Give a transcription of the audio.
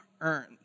earned